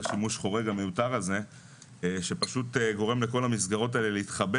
שימוש חורג המיותר הזה שפשוט גורם לכל המסגרות האלה להתחבא